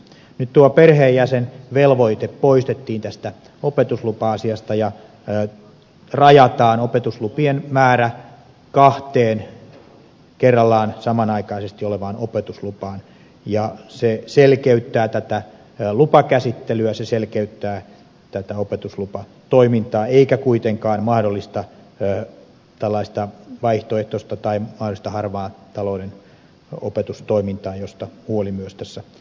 nyt tuo perheenjäsenvelvoite poistettiin tästä opetuslupa asiasta ja rajataan opetuslupien määrä kahteen kerrallaan samanaikaisesti olevaan opetuslupaan ja se selkeyttää tätä lupakäsittelyä se selkeyttää tätä opetuslupatoimintaa eikä kuitenkaan mahdollista tällaista vaihtoehtoista tai mahdollista harmaan talouden opetustoimintaa josta huoli myös tässä käsittelyn aikana oli